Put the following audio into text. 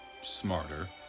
smarter